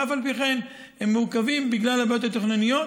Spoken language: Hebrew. ואף על פי כן הם מעוכבים בגלל הבעיות התכנוניות,